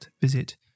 visit